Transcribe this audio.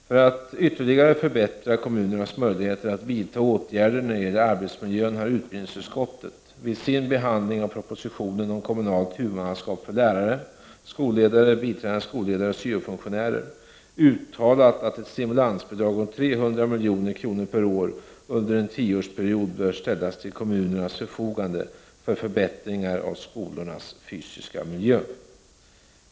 För att ytterligare förbättra kommunernas möjligheter att vidta åtgärder när det gäller arbetsmiljön har utbildningsutskottet vid sin behandling av propositionen om kommunalt huvudmannaskap för lärare, skolledare, biträdande skolledare och syofunktionärer uttalat att ett stimulansbidrag om 300 milj.kr. per år under en tioårsperiod bör ställas till kommunernas förfogande för förbättringar av skolornas fysiska miljö.